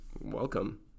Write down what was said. welcome